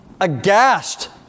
aghast